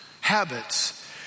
habits